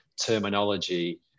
terminology